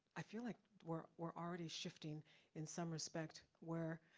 i feel like we're we're already shifting in some respect, where